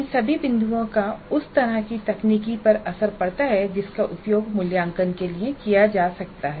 इन सभी बिंदुओं का उस तरह की तकनीक पर असर पड़ता है जिसका उपयोग मूल्यांकन के लिए किया जा सकता है